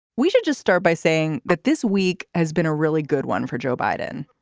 we should just start by saying that this week has been a really good one for joe biden.